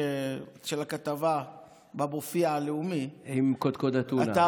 של הכתבה ב"מופיע הלאומי" --- עם קודקוד אתונה.